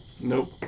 Nope